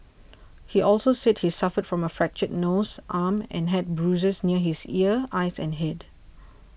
he also said he suffered from a fractured nose arm and had bruises near his ear eyes and head